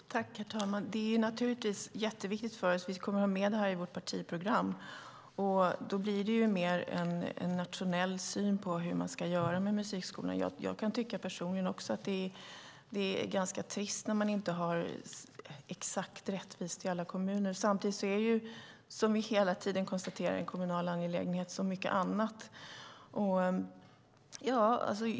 Herr talman! Det är naturligtvis jätteviktigt för oss. Vi kommer att ha med det i vårt partiprogram. Då blir det mer en nationell syn på hur man ska göra med musikskolan. Jag kan personligen tycka att det är ganska trist när det inte är exakt rättvist i alla kommuner. Samtidigt är det ju, som vi hela tiden konstaterar, en kommunal angelägenhet, som mycket annat.